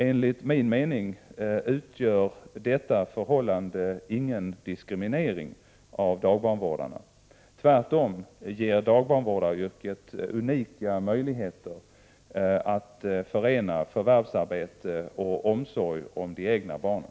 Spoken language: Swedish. Enligt min mening utgör detta förhållande ingen diskriminering av dagbarnvårdarna. Tvärtom ger dagbarnvårdaryrket unika möjligheter att förena förvärvsarbete och omsorg om de egna barnen.